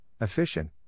efficient